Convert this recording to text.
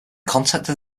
contacted